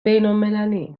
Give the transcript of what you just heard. بینالمللی